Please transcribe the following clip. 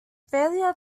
failure